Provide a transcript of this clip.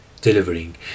delivering